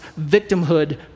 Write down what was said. victimhood